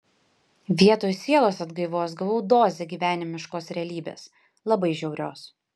vietoj sielos atgaivos gavau dozę gyvenimiškos realybės labai žiaurios